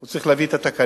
הוא צריך להביא את התקנות.